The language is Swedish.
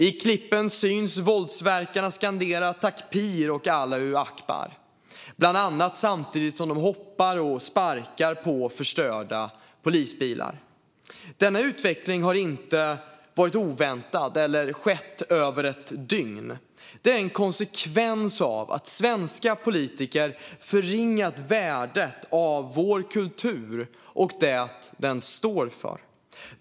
I klippen syns våldsverkarna skandera "takbir" och "Allahu akbar" samtidigt som de bland annat hoppar på och sparkar på förstörda polisbilar. Denna utveckling var inte oväntad och har inte skett över ett dygn. Den är en konsekvens av att svenska politiker har förringat värdet av vår kultur och vad den står för.